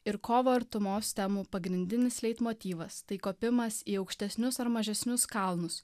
ir kovo artumos temų pagrindinis leitmotyvas tai kopimas į aukštesnius ar mažesnius kalnus